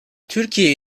türkiye